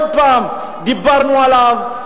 דיברנו עליו,